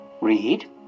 read